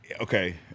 okay